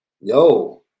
yo